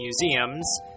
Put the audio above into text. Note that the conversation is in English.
museums